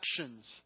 actions